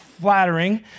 flattering